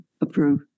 approve